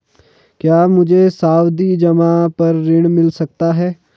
क्या मुझे सावधि जमा पर ऋण मिल सकता है?